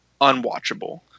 unwatchable